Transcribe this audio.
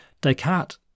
Descartes